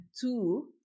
two